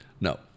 No